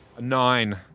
Nine